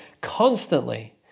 constantly